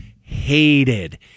hated